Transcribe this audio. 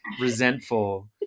resentful